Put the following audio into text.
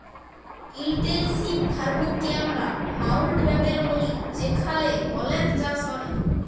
intensive farming কে আমরা মাউল্টব্যাটেল ব্যলি যেখালে অলেক চাষ হ্যয়